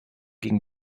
gegen